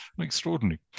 extraordinary